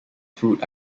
food